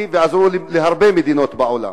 ועזרו להרבה מדינות בעולם?